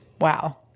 Wow